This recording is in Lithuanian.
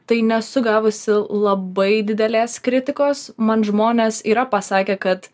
tai nesu gavusi labai didelės kritikos man žmonės yra pasakę kad